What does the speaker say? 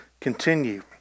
continue